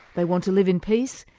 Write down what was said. they want to live in peace,